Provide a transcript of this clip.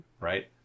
Right